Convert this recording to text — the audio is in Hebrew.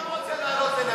אז אני גם רוצה לעלות לנמק.